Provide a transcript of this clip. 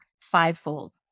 fivefold